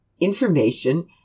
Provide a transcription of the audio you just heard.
information